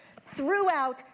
throughout